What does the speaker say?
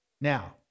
Now